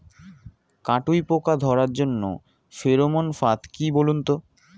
কাটুই পোকা ধরার জন্য ফেরোমন ফাদ কি বলুন তো?